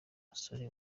musore